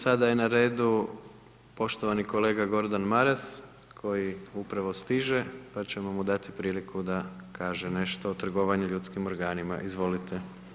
Sada je na redu poštovani kolega Gordan Maras koji upravo stiže pa ćemo mu dati priliku da kaže nešto o trgovanju ljudskim organima, izvolite.